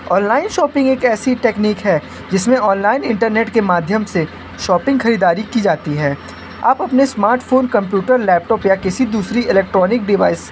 online shopping एक ऐसी technique है जिसमें ऑनलाइन इन्टरनेट के माध्यम से शॉपिंग खरीदारी की जाती है आप अपने स्मार्ट फोन कंप्यूटर लैपटॉप या किसी दूसरी इलेक्ट्रॉनिक डिवाइस